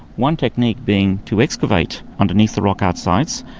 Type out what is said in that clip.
one technique being to excavate underneath the rock art sites,